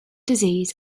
disease